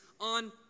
on